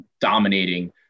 dominating